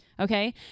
Okay